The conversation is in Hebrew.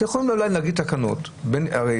אתם יכולים אולי להביא תקנות שמקום